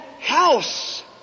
house